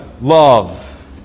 love